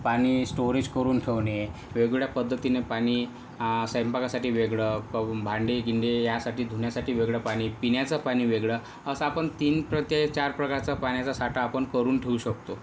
पाणी स्टोरेज करून ठेवणे वेगवेगळ्या पद्धतीनी पाणी स्वैंपाकासाठी वेगळं भांडे गिंडे यासाठी धुण्यासाठी वेगळं पाणी पिण्याचा पाणी वेगळं असं आपण तीन ते चार प्रकारचा पाण्याचा साठा आपण करून ठेवू शकतो